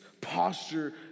posture